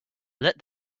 let